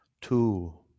two